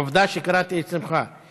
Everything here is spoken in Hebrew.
עובדה שקראתי את שמך.